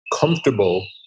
comfortable